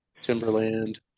timberland